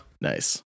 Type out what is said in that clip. nice